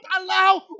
allow